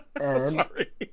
Sorry